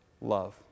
love